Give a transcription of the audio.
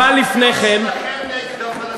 מה עם ההתבטאויות שלכם נגד הפלסטינים?